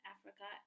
Africa